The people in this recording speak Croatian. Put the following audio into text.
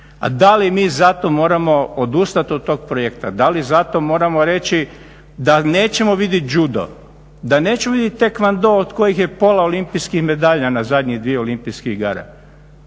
A da li mi zato moramo odustati od tog projekta? Da li zato moramo reći da nećemo vidjeti judo, da nećemo vidjeti tae kwon do od kojih je pola olimpijskih medalja na zadnje dvije olimpijske igre?